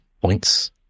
points